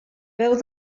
veu